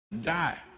die